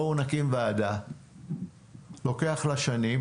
להקים ועדה לוקח לה שנים